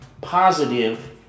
positive